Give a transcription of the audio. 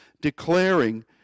declaring